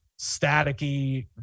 static-y